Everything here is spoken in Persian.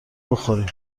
بخوریم